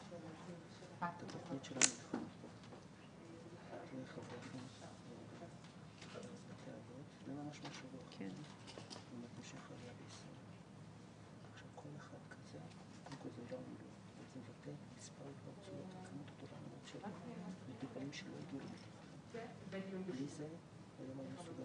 13:36.